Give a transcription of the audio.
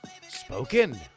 spoken